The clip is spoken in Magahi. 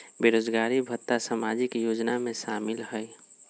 बेरोजगारी भत्ता सामाजिक योजना में शामिल ह ई?